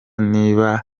niba